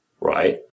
right